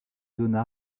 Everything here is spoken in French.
donna